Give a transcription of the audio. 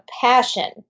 passion